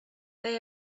they